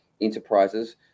enterprises